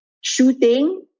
shooting